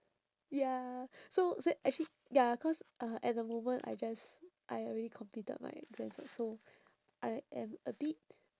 ya so so actually ya cause uh at the moment I just I already completed my exams ah so I am a bit